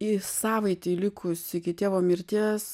į savaitei likus iki tėvo mirties